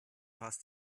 hast